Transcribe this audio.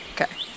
Okay